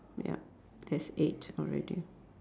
yup that's eight already